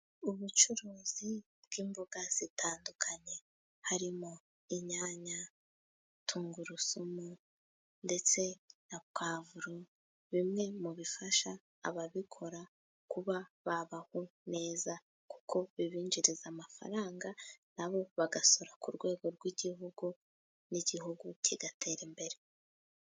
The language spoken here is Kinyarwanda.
Ubucuruzi bw'imboga zitandukanye harimo inyanya, tungurusumu ndetse na puwavuro, bimwe mu bifasha ababikora kuba babaho neza kuko bibinjiriza amafaranga, nabo bagasora ku rwego rw'Igihugu, n'Igihugu kigatera imbere.